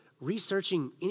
researching